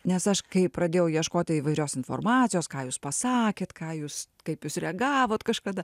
nes aš kai pradėjau ieškoti įvairios informacijos ką jūs pasakėt ką jūs kaip jūs reagavot kažkada